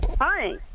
Hi